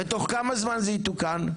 ותוך כמה זמן זה יתוקן?